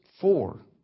four